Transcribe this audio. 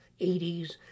80s